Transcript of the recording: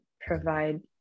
provide